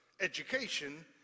education